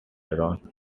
drawn